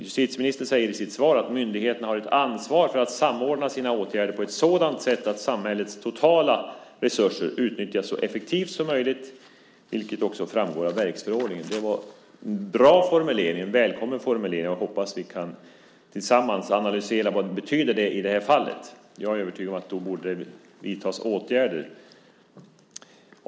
Justitieministern säger i sitt svar att "myndigheterna har ett ansvar för att samordna sina åtgärder på ett sådant sätt att samhällets totala resurser utnyttjas så effektivt som möjligt", vilket också framgår av verksförordningen. Det var en bra, välkommen formulering. Jag hoppas att vi tillsammans kan analysera vad det betyder i det här fallet. Jag är övertygad om att det då borde vidtas åtgärder.